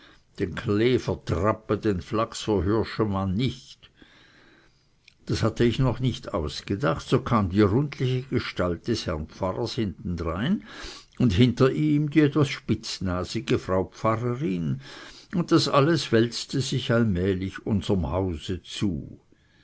klee vertrappe den flachs verhürsche man nicht das hatte ich noch nicht ausgedacht so kam die rundliche gestalt des herrn pfarrer hintendrein und hinter ihm die etwas spitznasige frau pfarrerin und alles wälzte sich allmählich unserm hause zu